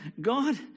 God